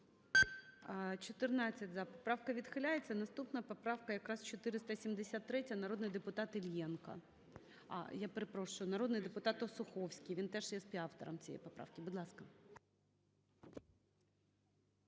Поправка відхиляється. Наступна, поправка якраз 473, народний депутат Іллєнко. А, я перепрошую, народний депутат Осуховський, він теж є співавтором цієї поправки. Будь ласка.